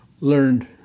learned